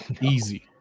Easy